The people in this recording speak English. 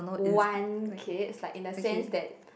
want kids like in the sense that